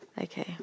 Okay